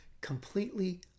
completely